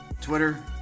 Twitter